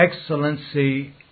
excellency